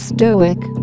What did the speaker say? Stoic